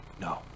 No